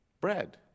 bread